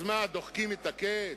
אז מה, דוחקים את הקץ?